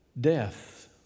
death